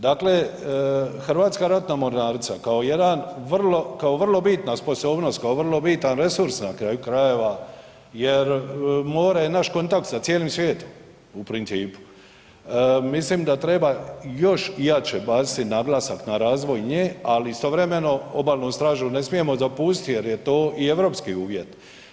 Dakle, Hrvatska ratna mornarica kao jedan, kao vrlo bitna sposobnost, kao vrlo bitan resurs na kraju krajeva jer more je naš kontakt sa cijelim svijetom u principu, mislim da treba još jače baciti naglasak na razvoj nje, ali istovremeno obalnu stražu ne smije zapustiti jer je to i europski uvjet.